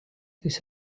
this